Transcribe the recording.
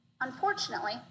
Unfortunately